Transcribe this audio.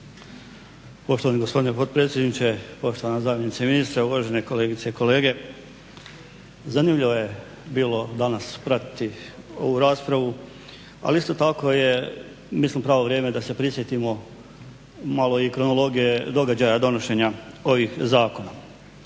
Poštovani gospodine potpredsjedniče, poštovana zamjenice ministra, uvažene kolegice i kolege. Zanimljivo je bilo danas pratiti ovu raspravu, ali isto tako je mislim pravo vrijeme da se prisjetimo malo i kronologije događaja donošenja ovih zakona.